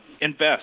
invest